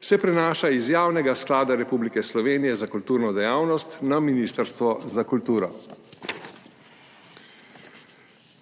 se prenaša z Javnega sklada Republike Slovenije za kulturno dejavnost na Ministrstvo za kulturo,